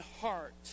heart